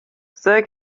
sehr